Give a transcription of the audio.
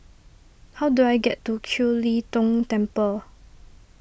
how do I get to Kiew Lee Tong Temple